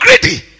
greedy